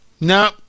no